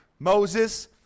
Moses